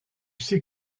sais